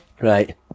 Right